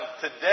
today